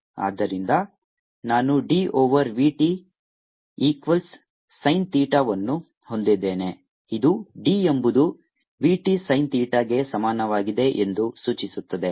ಆದ್ದರಿಂದ ನಾನು d over v t equals sin ಥೀಟಾವನ್ನು ಹೊಂದಿದ್ದೇನೆ ಇದು d ಎಂಬುದು v t sin ಥೀಟಾ ಗೆ ಸಮಾನವಾಗಿದೆ ಎಂದು ಸೂಚಿಸುತ್ತದೆ